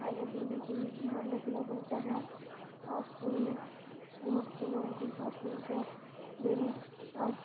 کھانے پینے کی بھی دھیان رکھنا پڑتا ہے سانس پھولنے بہت سے لوگوں کی سانس پھولتی ہے میری سانس